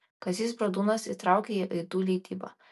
kazys bradūnas įtraukė į aidų leidybą